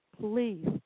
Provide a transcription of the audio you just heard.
Please